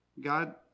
God